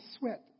sweat